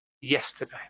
Yesterday